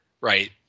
right